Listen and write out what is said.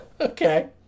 Okay